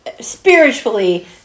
spiritually